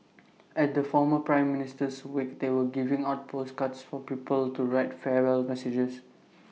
at the former prime Minister's wake they were giving out postcards for people to write farewell messages